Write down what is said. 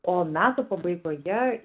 o metų pabaigoje